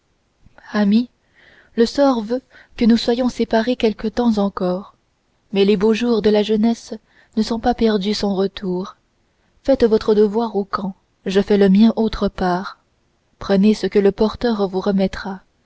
ami le sort veut que nous soyons séparés quelque temps encore mais les beaux jours de la jeunesse ne sont pas perdus sans retour faites votre devoir au camp je fais le mien autre part prenez ce que le porteur vous remettra